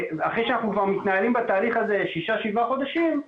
אחרי שאנחנו נמצאים בתהליך זה כבר שישה-שבעה חודשים.